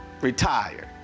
retired